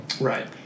right